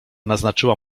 naznaczyła